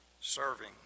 serving